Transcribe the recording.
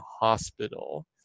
hospital